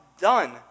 done